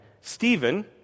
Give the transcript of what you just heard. Stephen